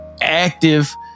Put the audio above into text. active